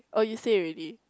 oh you say already